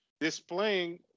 displaying